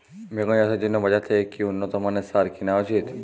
বেগুন চাষের জন্য বাজার থেকে কি উন্নত মানের সার কিনা উচিৎ?